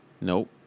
Nope